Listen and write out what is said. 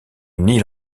nil